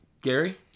Gary